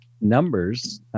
numbers